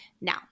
Now